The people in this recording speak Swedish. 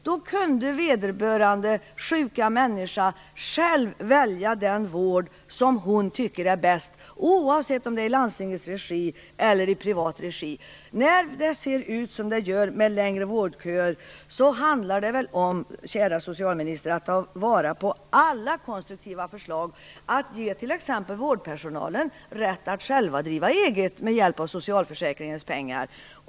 Då skulle vederbörande sjuka människa själv kunna välja den vård som hon tycker är bäst, oavsett om den finns i landstingets regi eller i privat regi. Kära socialminister! När det ser ut som det gör med längre vårdköer handlar det väl om att man skall ta vara på alla konstruktiva förslag, t.ex. förslaget om att vårdpersonalen skall få rätt att själv driva eget med hjälp av socialförsäkringens pengar?